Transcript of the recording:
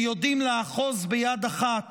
שיודעים לאחוז ביד אחת